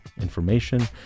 information